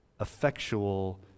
effectual